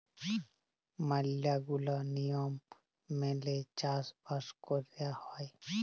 ম্যালা গুলা লিয়ম মেলে চাষ বাস কয়রা হ্যয়